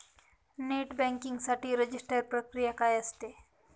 Net banking साठी register प्रक्रिया काय असते?